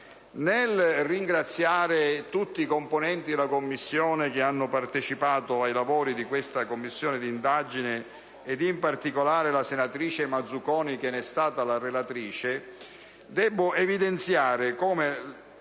Nel ringraziare tutti i componenti della Commissione che hanno partecipato ai lavori di tale indagine, ed in particolare la senatrice Mazzuconi che ne è stata la relatrice, debbo evidenziare come